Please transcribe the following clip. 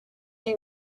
you